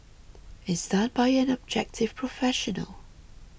is done by an objective professional